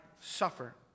suffer